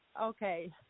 Okay